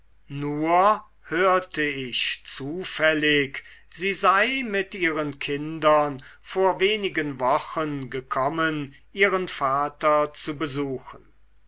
nur hörte ich zufällig sie sei mit ihren kindern vor wenigen wochen gekommen ihren vater zu besuchen